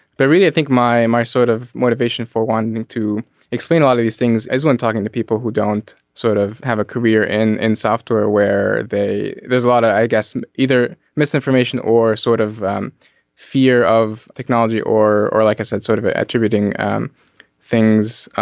but really i think my my sort of motivation for wanting to explain all of these things is when talking to people who don't sort of have a career in in software where they there's a lot of i guess either misinformation or sort of fear of technology or or like i said sort of ah attributing um things ah